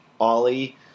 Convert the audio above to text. Ollie